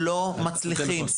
לא מצליחים.